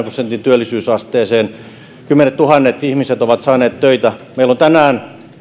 prosentin työllisyysasteeseen kymmenettuhannet ihmiset ovat saaneet töitä meillä on tänään